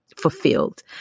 fulfilled